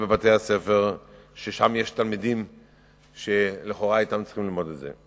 בבתי-הספר ששם יש תלמידים שלכאורה צריכים ללמוד את זה.